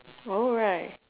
oh right